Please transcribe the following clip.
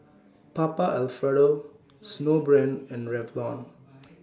Papa Alfredo Snowbrand and Revlon